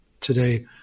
today